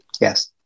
Yes